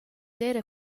d’eira